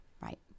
right